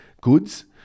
goods